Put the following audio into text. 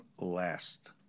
last